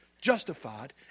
justified